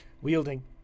wielding